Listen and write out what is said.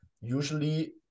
Usually